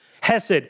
Hesed